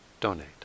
donate